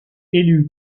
élu